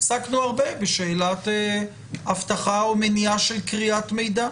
בחוק הדיוור האלקטרוני עסקנו הרבה בשאלה של אבטחה ומניעה של קריאת מידע,